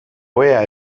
ohea